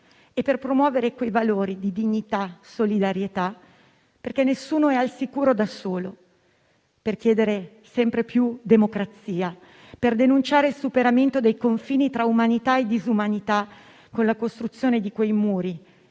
per promuovere i valori di dignità e solidarietà, perché nessuno è al sicuro da solo, per chiedere sempre più democrazia, per denunciare il superamento dei confini tra umanità e disumanità, con la costruzione di quei muri